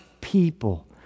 people